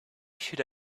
should